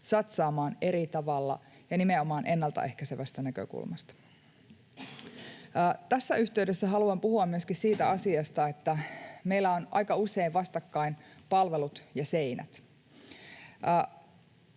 satsaamaan eri tavalla ja nimenomaan ennaltaehkäisevästä näkökulmasta. Tässä yhteydessä haluan puhua myöskin siitä asiasta, että meillä ovat aika usein vastakkain palvelut ja seinät.